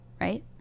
right